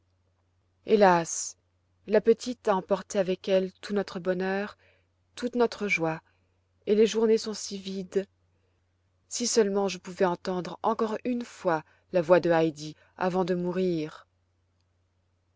hélas la petite a emporté avec elle tout notre bonheur toute notre joie et les journées sont si vides si seulement je pouvais entendre encore une fois la voix de heidi avant de mourir